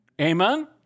Amen